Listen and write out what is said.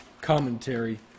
commentary